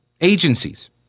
agencies